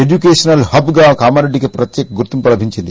educational hub గా కామారెడ్డి కి ప్రత్యేక గుర్తింపు ఉంది